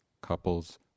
couples